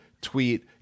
tweet